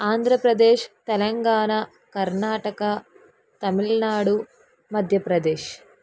Andhra Pradesh Telangana Karnataka Tamil Nadu Madhya Pradesh